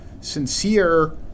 sincere